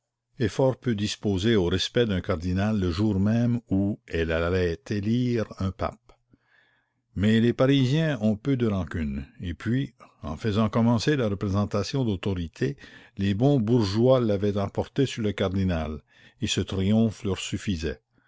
fort peu disposée au respect d'un cardinal le jour même où elle allait élire un pape mais les parisiens ont peu de rancune et puis en faisant commencer la représentation d'autorité les bons bourgeois l'avaient emporté sur le cardinal et ce triomphe leur suffisait